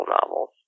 novels